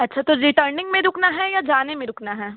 अच्छा तो रिटरनिंग में रुकना है या जाने में रुकना है